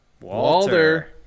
Walter